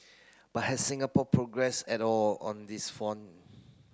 but has Singapore progress at all on these front